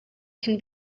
can